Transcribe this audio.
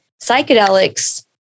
psychedelics